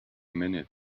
minute